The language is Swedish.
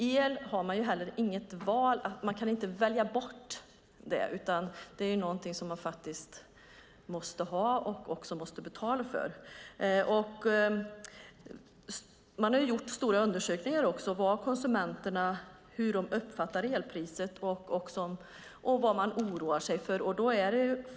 El är ingenting som man kan välja bort utan det är någonting som man måste ha och också måste betala för. Det har gjorts stora undersökningar av hur konsumenterna uppfattar elpriset och av vad man oroar sig för.